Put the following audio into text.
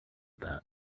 that